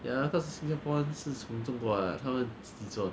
ya because 新加坡是从中国他们自己做的